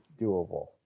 doable